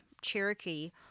Cherokee